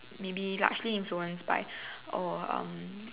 maybe largely influenced by oh um